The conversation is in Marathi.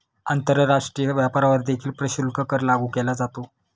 आंतरराष्ट्रीय व्यापारावर देखील प्रशुल्क कर लागू केला जातो